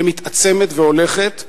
שמתעצמת והולכת,